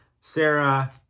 Sarah